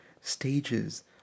stages